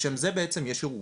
לשם זה בעצם יש ערעור.